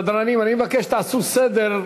אני מבקש שתעשו סדר,